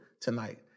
tonight